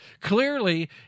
Clearly